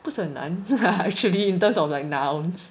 不是很难啦 actually in terms of like nouns